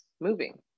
moving